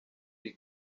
iri